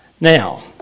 Now